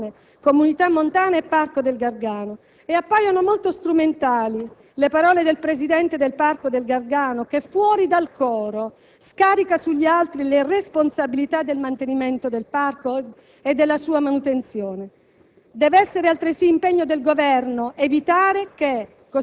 dove insistono diverse istituzioni: Comuni, Provincia, Regione, Comunità montana e Parco del Gargano. E appaiono molto strumentali le parole del presidente del Parco del Gargano che, fuori dal coro, scarica sugli altri le responsabilità della manutenzione del Parco. Deve essere